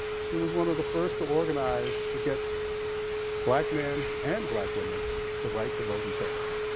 she was one of the first to organize to get black men and black women the right to vote in texas.